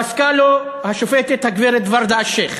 פסקה לו השופטת הגברת ורדה אלשיך.